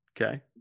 Okay